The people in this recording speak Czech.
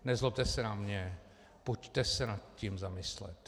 Nezlobte se na mě, pojďte se nad tím zamyslet.